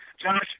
Josh